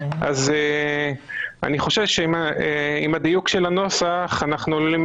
אז אני חושש שעם הדיוק של הנוסח אנחנו עלולים